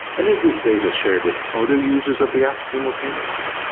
and is this data shared with other users of the app simultaneously?